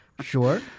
Sure